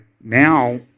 now